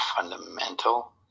fundamental